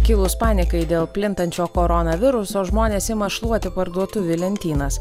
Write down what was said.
kilus panikai dėl plintančio koronaviruso žmonės ima šluoti parduotuvių lentynas